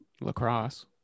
lacrosse